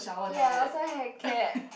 ya I also heck care